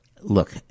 look